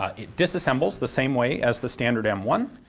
ah it disassembles the same way as the standard m one.